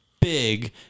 big